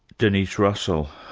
denise russell,